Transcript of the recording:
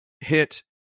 hit